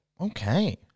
Okay